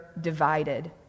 divided